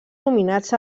nominats